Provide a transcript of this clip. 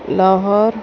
Lahore